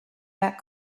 that